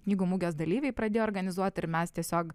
knygų mugės dalyviai pradėjo organizuot ir mes tiesiog